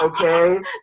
okay